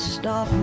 stop